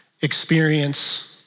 experience